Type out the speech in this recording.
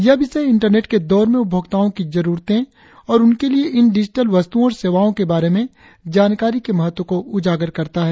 यह विषय इंटरनेट के दौर में उपभोक्ताओं कि जरुरते और उनके लिए इन डिजिटल वस्तुओं और सेवाओं के बारे में जानकारी के महत्व को उजागर करता है